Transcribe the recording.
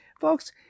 folks